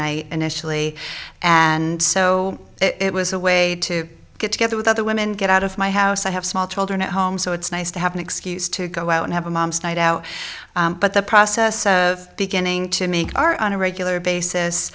i initially and so it was a way to get together with other women get out of my house i have small children at home so it's nice to have an excuse to go out and have a mom's night out but the process of beginning to make our on a regular basis